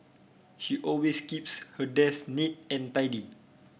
she always keeps her desk neat and tidy